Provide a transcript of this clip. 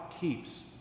keeps